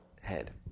head